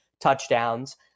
touchdowns